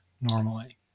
normally